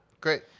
Great